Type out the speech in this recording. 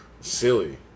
silly